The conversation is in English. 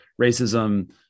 racism